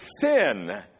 sin